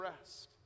rest